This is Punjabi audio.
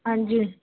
ਹਾਂਜੀ